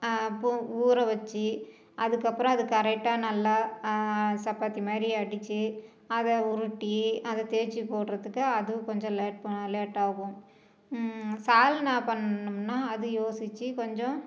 அப்போது ஊற வச்சு அதுக்கப்புறம் அது கரெக்டாக நல்லா சப்பாத்திமாதிரி அடிச்சு அதை உருட்டி அதை தேச்சு போடுறதுக்கு அதுவும் கொஞ்சம் லேட் லேட்டாகும் சால்னா பண்ணுனோம்னால் அது யோசிச்சு கொஞ்சம்